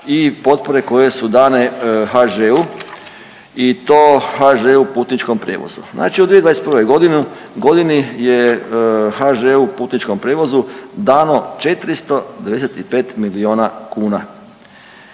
i potpore koje su dane HŽ-u i to HŽ-u Putničkom prijevozu. Znači u 2021. godini je HŽ-u Putničkom prijevozu dano 495 milijuna kuna.